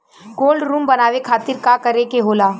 Cold room बनावे खातिर का करे के होला?